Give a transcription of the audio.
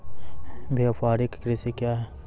व्यापारिक कृषि क्या हैं?